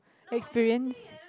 experience